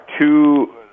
two